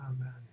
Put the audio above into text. Amen